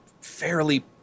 fairly